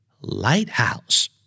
Lighthouse